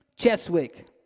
Cheswick